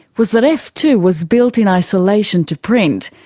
was that f two was built in isolation to print,